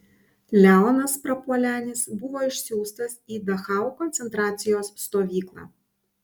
leonas prapuolenis buvo išsiųstas į dachau koncentracijos stovyklą